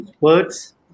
words